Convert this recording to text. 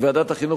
ועדת החינוך,